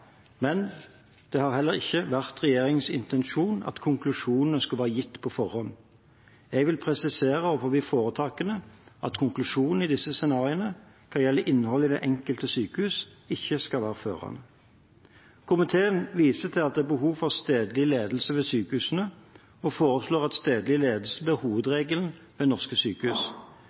men det har heller ikke vært regjeringens intensjon at konklusjonene skal være gitt på forhånd. Jeg vil presisere overfor foretakene at konklusjonen i disse scenarioene hva gjelder innholdet i det enkelte sykehus, ikke skal være førende. Komiteen viser til at det er behov for stedlig ledelse ved sykehusene og foreslår at stedlig ledelse blir hovedregelen ved norske sykehus.